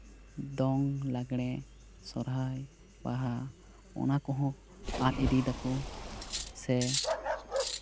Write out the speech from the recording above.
ᱫᱚᱝ ᱞᱟᱜᱽᱲᱮ ᱥᱚᱦᱚᱨᱟᱭ ᱵᱟᱦᱟ ᱚᱱᱟ ᱠᱚᱦᱚᱸ ᱟᱫᱽ ᱤᱫᱤᱭ ᱫᱟᱠᱚ ᱥᱮ